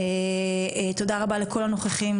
תודה רבה לכל הנוכחים,